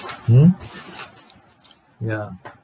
mm ya